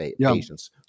patients